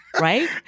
right